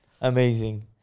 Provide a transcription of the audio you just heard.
Amazing